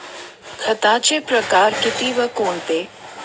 खताचे प्रकार किती व कोणते?